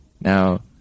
Now